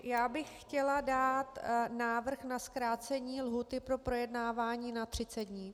Já bych chtěla dát návrh na zkrácení lhůty pro projednávání na 30 dní.